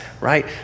right